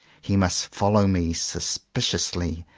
he must follow me sus piciously,